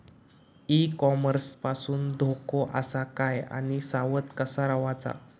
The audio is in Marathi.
ई कॉमर्स पासून धोको आसा काय आणि सावध कसा रवाचा?